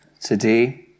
today